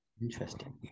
Interesting